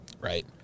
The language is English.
right